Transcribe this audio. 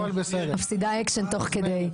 מפסידה אקשן תוך כדי.